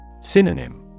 Synonym